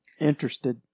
Interested